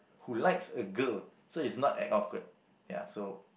who likes a girl so it's not that awkward ya so